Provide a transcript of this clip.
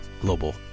global